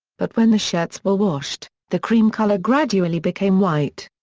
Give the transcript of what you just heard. but when the shirts were washed, the cream color gradually became white.